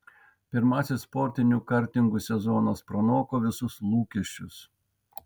pirmasis sportinių kartingų sezonas pranoko visus lūkesčius